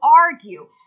argue